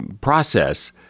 process